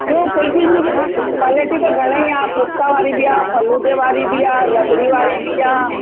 ॿियो कुल्फीनि जी अ क्वालिटी त घणेई आहे पिस्ता वारी बि आहे फालूदे वारी बि आहे रबड़ी वारी बि आहे